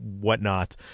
whatnot